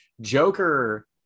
joker